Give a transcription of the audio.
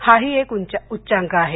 हाही एक उच्चाक आहे